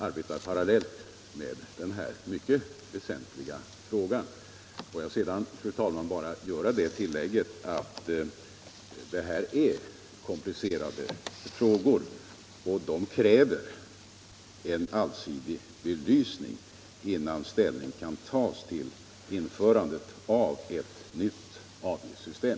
Får jag sedan, fru talman, bara göra det tillägget att detta är komplicerade frågor som kräver en allsidig belysning innan ställning kan tas till införandet av ett nytt avgiftssystem.